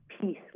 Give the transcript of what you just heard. peace